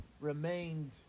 remained